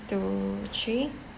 two three